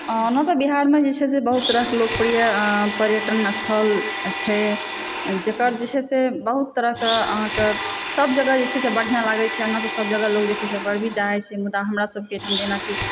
ओना तऽ बिहारमे जे छै बहुत तरह के लोकप्रिय पर्यटन स्थल छै जेकर जे छै से बहुत तरह के अहाँके सब जगह जे छै बढ़िऑं लागै छै ओना तऽ सब जगह लोक जाय छै सफ़र भी चाहै छै मुदा हमरा सबके एहिठाम जेनाकि